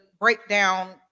breakdown